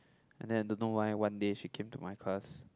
and then I don't know why one day she came to my class